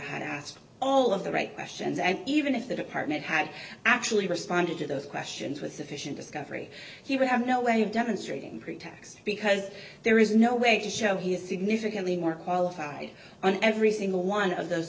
had asked all of the right questions and even if the department had actually responded to those questions with sufficient discovery he would have no way of demonstrating pretax because there is no way to show he is significantly more qualified on every single one of those